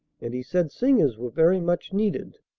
and he said singers were very much needed.